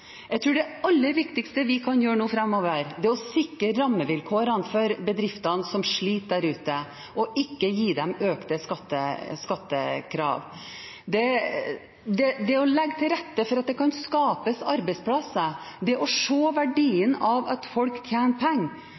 Jeg tror det aller viktigste vi kan gjøre nå framover, er å sikre rammevilkårene for bedriftene som sliter der ute, og ikke gi dem økte skattekrav. Det å legge til rette for at det kan skapes arbeidsplasser, det å se verdien av at folk tjener penger,